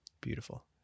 beautiful